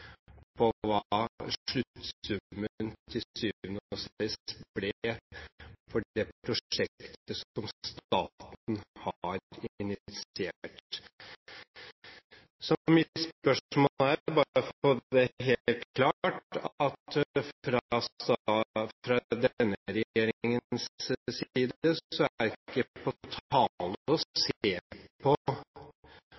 hva sluttsummen til syvende og sist blir for det prosjektet som staten har initiert. Mitt spørsmål er – bare for å få det helt klart: Er det fra denne regjeringens side ikke på tale å se på